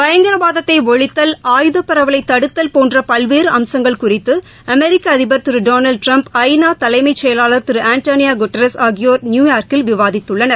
பயங்கரவாதத்தை ஒழித்தல் ஆயுதப்பரவலை தடுத்தல் போன்ற பல்வேறு அம்சங்கள் குறித்து அமெிக்க அதிபர் திரு டொளால்டு ட்டிரம்ப் ஐ நா தலைமைச் செயலாளர் திரு ஆண்டனியோ குடேரஸ் ஆகியோர் நியூயார்க்கில் விவாதித்துள்ளனர்